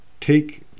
take